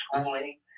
schooling